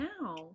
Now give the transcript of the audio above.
now